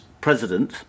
president